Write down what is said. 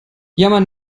jammern